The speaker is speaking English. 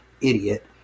idiot